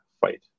fight